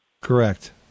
Correct